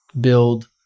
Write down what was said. build